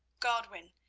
godwin,